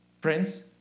Friends